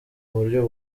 buryo